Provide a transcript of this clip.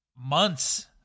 months